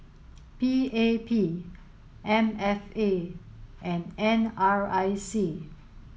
P A P M F A and N R I C